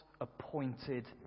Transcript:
appointed